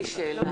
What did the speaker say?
אני.